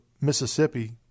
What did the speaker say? Mississippi